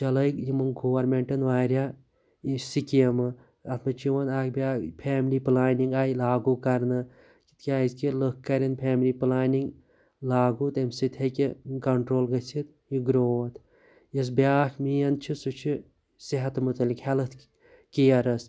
چَلٲے یِمو گورمیٚنٹَن وارِیاہ یہِ سِکیمہٕ اَتھ منٛز چھ یِوان اَکھ بیاکھ فیملی پٕلانِگ آیہِ لاگو کَرنہٕ کیازِ کہِ لُکھ کَرن فیملی پٕلانِگ لاگو تمہِ سۭتۍ ہیٚکہِ کَنٹرول گٔژھتھ یہِ گروتھ یۄس بیاکھ مین چھ سُہ چھِ صِحَت مُتَعلق ہیٚلٕتھ کِیَرَس